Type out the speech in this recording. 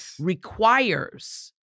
requires